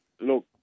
look